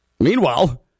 Meanwhile